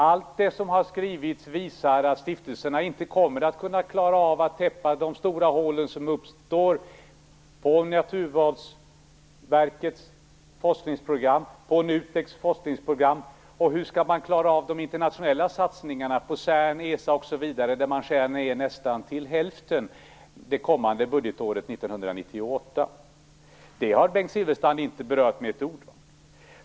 Allt det som har skrivits visar att stiftelserna inte kommer att klara av att täppa till de stora hål som uppstår i Naturvårdsverkets eller NUTEK:s forskningsprogram. Och hur skall man klara av de internationella satsningarna på CERN, ESA, osv. där man skär ned till nästan hälften det kommande budgetåret 1998? Det har Bengt Silfverstrand inte berört med ett ord.